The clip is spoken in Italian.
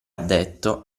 detto